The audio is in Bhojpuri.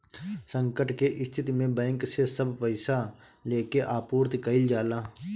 संकट के स्थिति में बैंक से सब पईसा लेके आपूर्ति कईल जाला